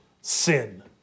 sin